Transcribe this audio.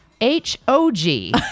H-O-G